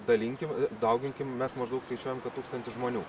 dalinkim dauginkim mes maždaug skaičiuojam kad tūkstantis žmonių